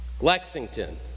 Lexington